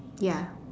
ya